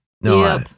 No